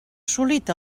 assolit